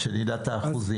כדי שנדע את האחוזים.